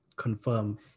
confirm